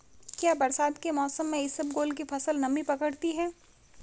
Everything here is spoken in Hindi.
क्या बरसात के मौसम में इसबगोल की फसल नमी पकड़ती है?